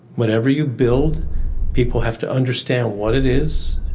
whatever you build people have to understand what it is,